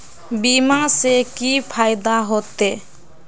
बीमा से की फायदा होते?